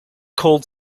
called